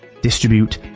distribute